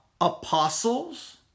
apostles